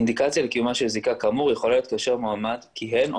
אינדיקציה לקיומה של זיקה כאמור יכול להיות כאשר מועמד כיהן או